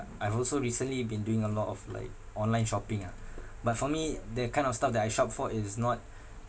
I've also recently been doing a lot of like online shopping ah but for me the kind of stuff that I shop for it is not